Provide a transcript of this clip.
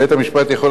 בית-המשפט יכול,